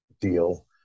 deal